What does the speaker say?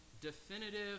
definitive